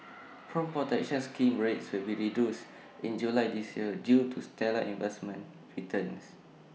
home protection scheme rates will be reduced in July this year due to stellar investment returns